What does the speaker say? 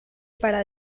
para